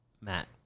Matt